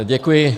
Děkuji.